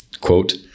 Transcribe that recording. Quote